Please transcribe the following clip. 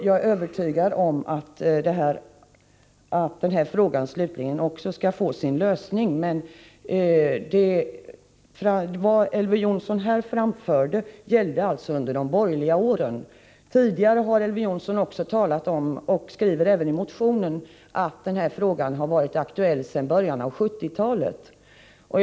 Jag är övertygad om att också denna fråga skall få sin slutliga lösning, men det som Elver Jonsson framförde gällde förhållandena under de borgerliga åren. Elver Jonsson har tidigare talat om — det skriver han även i motionen — att denna fråga har varit aktuell sedan början av 1970-talet.